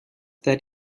that